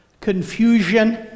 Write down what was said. confusion